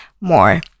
more